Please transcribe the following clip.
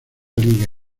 liga